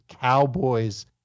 Cowboys